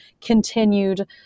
continued